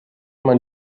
man